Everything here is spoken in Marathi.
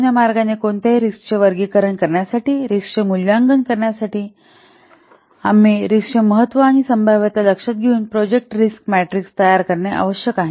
म्हणून या मार्गाने कोणत्याही रिस्कचे वर्गीकरण करण्यासाठी रिस्कचे मूल्यांकन करण्यासाठी आम्ही रिस्कचे महत्त्व आणि संभाव्यता लक्षात घेऊन प्रोजेक्ट रिस्क मॅट्रिक्स तयार करणे आवश्यक आहे